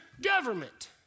government